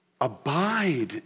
abide